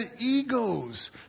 egos